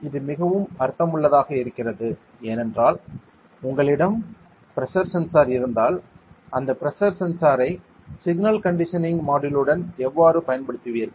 இது மிகவும் அர்த்தமுள்ளதாக இருக்கிறது ஏனென்றால் உங்களிடம் பிரஷர் சென்சார் இருந்தால் அந்த பிரஷர் சென்சாரை சிக்னல் கண்டிஷன் மாட்யூளுடன் எவ்வாறு பயன்படுத்துவீர்கள்